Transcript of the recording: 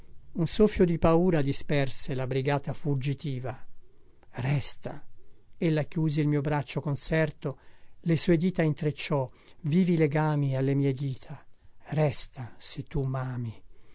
un soffio di paura disperse la brigata fuggitiva resta ella chiuse il mio braccio conserto le sue dita intrecciò vivi legami alle mie dita resta se tu mami